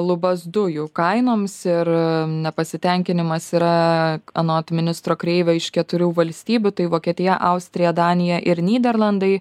lubas dujų kainoms ir nepasitenkinimas yra anot ministro kreivio iš keturių valstybių tai vokietija austrija danija ir nyderlandai